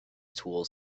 tools